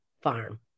farm